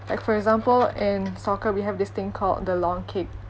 like for example in soccer we have this thing called the long kicks